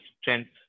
strength